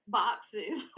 boxes